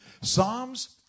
Psalms